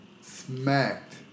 smacked